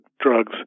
drugs